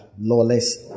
lawless